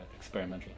experimental